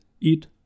eat